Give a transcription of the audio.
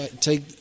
take